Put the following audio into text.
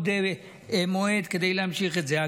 שיש לה עוד מועד כדי להמשיך את זה.